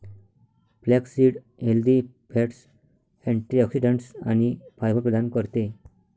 flaxseed healthy fats, antioxidants आणि fibre प्रदान करते